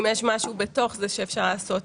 אם יש משהו בתוך זה שאפשר לעשות.